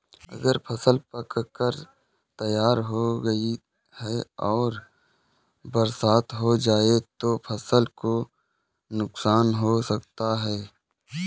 अगर फसल पक कर तैयार हो गई है और बरसात हो जाए तो क्या फसल को नुकसान हो सकता है?